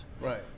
right